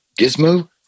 Gizmo